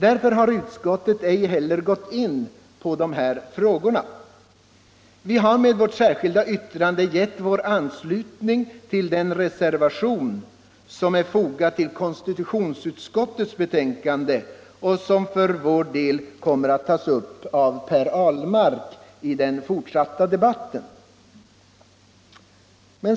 Därför har utskottet inte gått in på dessa frågor. Vi har med vårt särskilda yttrande givit vår anslutning till den reservation som är fogad vid konstitutionsutskottets betänkande och som för vår del kommer att tas upp av Per Ahlmark i den fortsatta debatten.